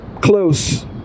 close